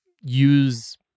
use